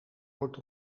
wordt